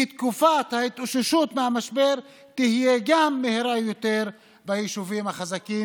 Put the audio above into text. כי גם תקופת ההתאוששות תהיה מהירה יותר ביישובים החזקים